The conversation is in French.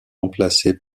remplacés